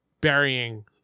burying